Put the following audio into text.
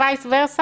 לחוק-היסוד,